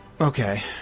Okay